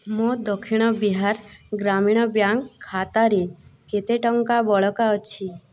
ମୋ ଦକ୍ଷିଣ ବିହାର ଗ୍ରାମୀଣ ବ୍ୟାଙ୍କ ଖାତାରେ କେତେ ଟଙ୍କା ବଳକା ଅଛି